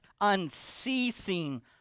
unceasing